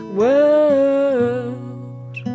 world